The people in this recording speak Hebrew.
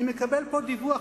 אני מקבל פה דיווח